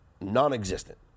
non-existent